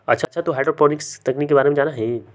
अच्छा तू हाईड्रोपोनिक्स तकनीक के बारे में जाना हीं?